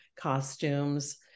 costumes